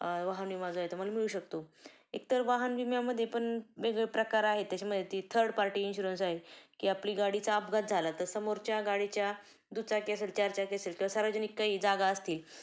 वाहन विमा जो आहे तो मला मिळू शकतो एकतर वाहन विम्यामध्ये पण वेगवेगळे प्रकार आहेत त्याच्यामध्ये ती थर्ड पार्टी इन्शुरन्स आहे की आपली गाडीचा अपघात झाला तर समोरच्या गाडीच्या दुचाकी असेल चारचाकी असेल किंवा सार्वजनिक काही जागा असतील